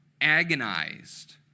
agonized